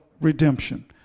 redemption